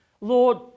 Lord